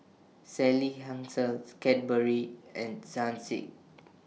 Sally Hansen's Cadbury and Sun Sick